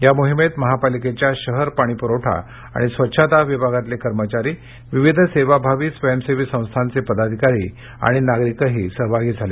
या मोहिमेत महापालिकेच्या शहर पाणी प्रवठा आणि स्वच्छता विभागातले कर्मचारी विविध सेवाभावी स्वयंसेवी संस्थांचे पदाधिकारी आणि नागरिकही सहभागी झाले